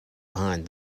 behind